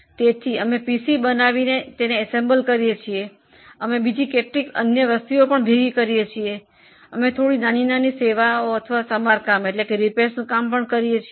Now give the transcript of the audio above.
તેથી અમે PC assemble કરીએ છીએ અમે કેટલીક અન્ય નાની સેવા અથવા સમારકામનું કામ પણ કરીએ છીએ